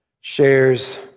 shares